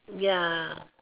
ya